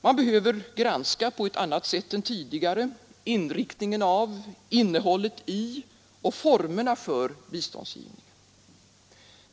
Man behöver granska — på ett annat sätt än tidigare — inriktningen av, innehållet i och formerna för biståndsgivningen.